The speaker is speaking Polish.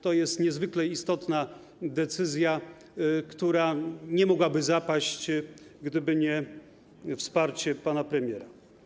To jest niezwykle istotna decyzja, która nie mogłaby zapaść, gdyby nie wsparcie pana premiera.